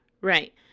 Right